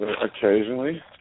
Occasionally